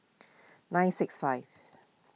nine six five